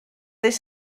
ddydd